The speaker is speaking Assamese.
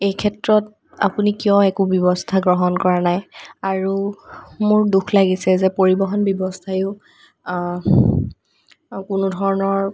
এই ক্ষেত্ৰত আপুনি কিয় একো ব্যৱস্থা গ্ৰহণ কৰা নাই আৰু মোৰ দুখ লাগিছে যে পৰিৱহণ ব্যৱস্থাইয়ো কোনো ধৰণৰ